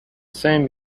same